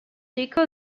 deco